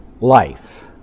life